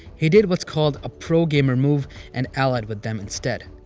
he did what's called a pro-gamer move and allied with them instead.